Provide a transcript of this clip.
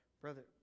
Brother